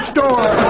Store